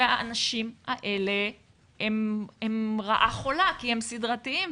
האנשים האלה הם רעה חולה, כי הם סדרתיים.